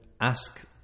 ask